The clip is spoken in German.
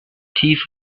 tief